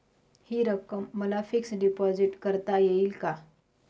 हि रक्कम मला फिक्स डिपॉझिट करता येईल का?